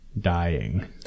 dying